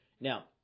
Now